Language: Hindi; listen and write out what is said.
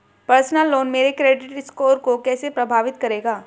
पर्सनल लोन मेरे क्रेडिट स्कोर को कैसे प्रभावित करेगा?